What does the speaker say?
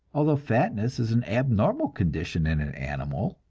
although fatness is an abnormal condition in an animal,